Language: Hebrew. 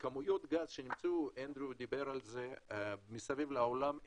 נמצאו כמויות אדירות של גז מסביב לעולם.